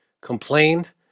complained